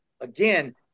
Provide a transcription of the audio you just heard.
again